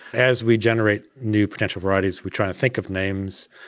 as we generate new potential varieties we're trying to think of names,